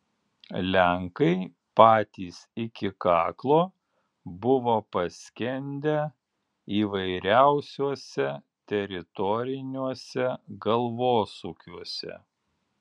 lenkai patys iki kaklo buvo paskendę įvairiausiuose teritoriniuose galvosūkiuose